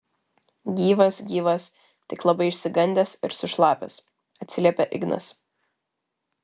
gyvas gyvas tik labai išsigandęs ir sušlapęs atsiliepia ignas